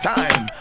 time